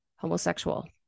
Homosexual